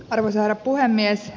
arvoisa herra puhemies